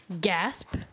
gasp